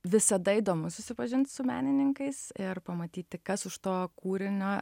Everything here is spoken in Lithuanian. visada įdomu susipažint su menininkais ir pamatyti kas už to kūrinio